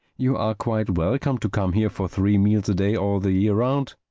you are quite welcome to come here for three meals a day all the year round.